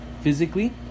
Physically